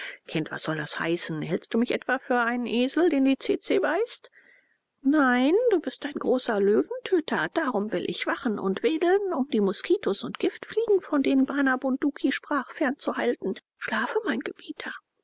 kind was soll das heißen hältst du mich etwa für einen esel den die tse tse beißt nein du bist ein großer löwentöter darum will ich wachen und wedeln um die moskitos und giftfliegen von denen bana bunduki sprach fernzuhalten schlafe mein gebieter